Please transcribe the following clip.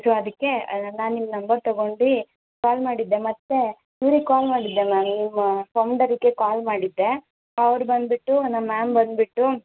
so ಅದಕ್ಕೆ ನಾನು ನಿಮ್ಮ ನಂಬರ್ ತೊಗೊಂಡು ಕಾಲ್ ಮಾಡಿದ್ದೆ ಮತ್ತು ಇವ್ರಿಗೆ ಕಾಲ್ ಮಾಡಿದ್ದೆ ಮ್ಯಾಮ್ ನಿಮ್ಮ ಫೌಂಡರಿಗೆ ಕಾಲ್ ಮಾಡಿದ್ದೆ ಅವ್ರು ಬಂದ್ಬಿಟ್ಟು ನಮ್ಮ ಮ್ಯಾಮ್ ಬಂದುಬಿಟ್ಟು